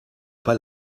pas